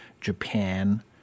Japan